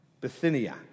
Bithynia